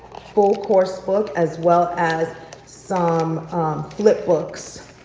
full course book as well as some flip books.